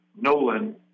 Nolan